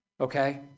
okay